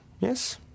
Yes